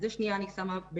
את זה אני שמה בנפרד.